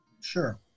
Sure